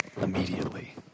immediately